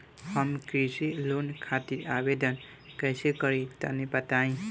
हम कृषि लोन खातिर आवेदन कइसे करि तनि बताई?